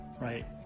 right